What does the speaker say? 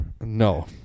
No